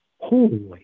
holy